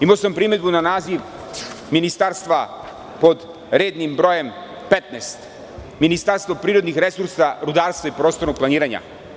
Imao sam primedbu na naziv ministarstva pod rednim brojem 15, Ministarstvo prirodnih resursa, rudarstva i prostornog planiranja.